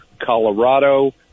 Colorado